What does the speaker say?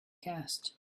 cast